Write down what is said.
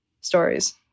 stories